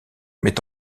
met